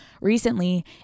recently